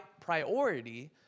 priority